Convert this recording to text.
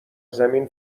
زمین